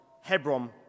Hebron